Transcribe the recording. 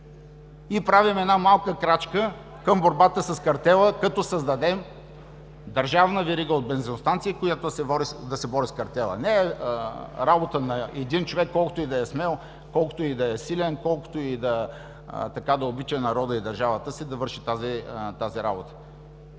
и правим една малка крачка към борбата с картела, като създадем държавна верига от бензиностанции, която да се бори с картела. Не е работа на един човек, колкото и да е смел, колкото и да е силен, колкото и да обича народа и държавата си, да върши тази работа.